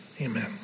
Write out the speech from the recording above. Amen